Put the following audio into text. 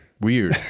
Weird